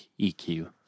EQ